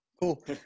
Cool